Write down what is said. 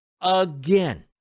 Again